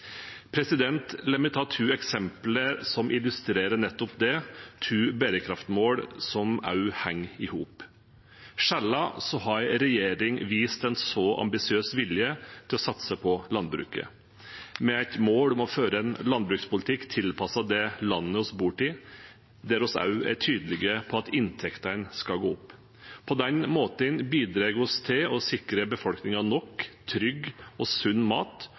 La meg ta to eksempler som illustrerer nettopp det – to bærekraftsmål som henger i hop. Sjelden har en regjering vist en så ambisiøs vilje til å satse på landbruket, med et mål om å føre en landbrukspolitikk som er tilpasset det landet vi bor i, der vi også er tydelige på at inntektene skal gå opp. På den måten bidrar vi til å sikre befolkningen nok trygg og sunn mat,